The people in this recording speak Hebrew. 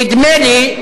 נדמה לי,